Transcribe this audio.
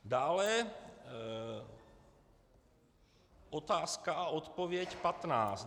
Dále otázka a odpověď patnáct.